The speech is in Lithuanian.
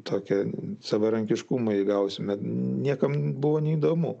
tokia savarankiškumą įgausime niekam buvo neįdomu